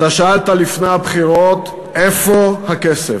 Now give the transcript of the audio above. אתה שאלת לפני הבחירות: איפה הכסף?